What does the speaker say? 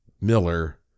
Miller